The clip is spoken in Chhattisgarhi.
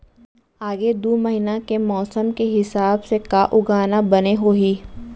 आगे दू महीना के मौसम के हिसाब से का उगाना बने होही?